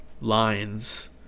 lines